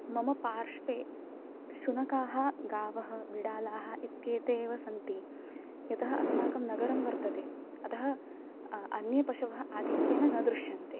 मम पार्श्वे शुनकाः गावः बिडालाः इत्येतेव सन्ति यतः अस्माकं नगरं वर्तते अतः अन्ये पशवः आधिक्येन न दृश्यन्ते